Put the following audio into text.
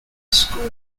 school